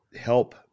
help